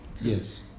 Yes